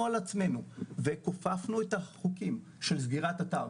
על עצמנו וכופפנו את החוקים של סגירת אתר.